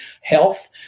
health